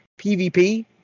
PvP